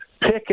pick